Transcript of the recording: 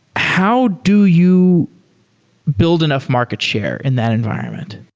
how do you build enough market share in that environment?